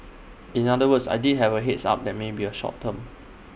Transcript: in other words I did have A heads up that may be A short term